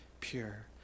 pure